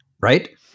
right